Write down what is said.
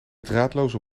draadloze